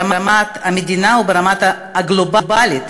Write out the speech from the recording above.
ברמת המדינות וברמה הגלובלית,